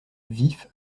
vif